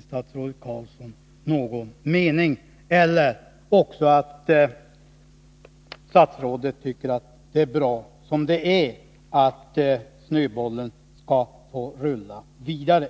statsrådet Roine 8 november 1982 Carlsson inte någon mening. Eller också tycker statsrådet att det är bra som det är och att snöbollen skall få rulla vidare.